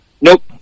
Nope